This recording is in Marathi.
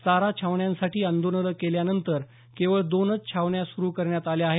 चारा छावण्यांसाठी आंदोलनं केल्यानंतर केवळ दोनच छावण्या सुरू करण्यात आल्या आहेत